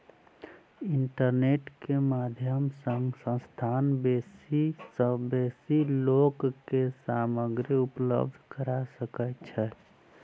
internet के माध्यम सॅ संस्थान बेसी सॅ बेसी लोक के सामग्री उपलब्ध करा सकै छै